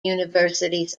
universities